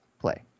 Play